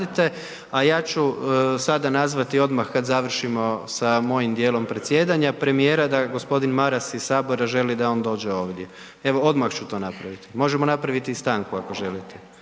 a ja ću sada nazvati odmah kad završimo sa mojim dijelom predsjedanja premijera da g. Maras iz Sabora želi da on dođe ovdje. Evo, odmah ću to napraviti, možemo napraviti i stanku, ako želite.